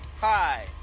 Hi